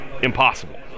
Impossible